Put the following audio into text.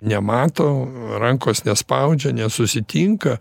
nemato rankos nespaudžia nesusitinka